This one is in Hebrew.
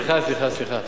סליחה, סליחה, סליחה.